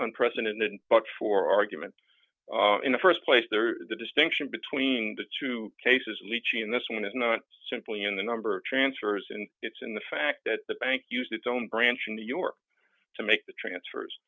and president but for argument in the st place there the distinction between the two cases leaching this one is not simply in the number transfers and it's in the fact that the bank used its own branch in new york to make the transfers